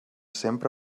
sempre